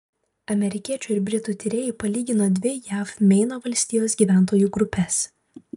amerikiečių ir britų tyrėjai palygino dvi jav meino valstijos gyventojų grupes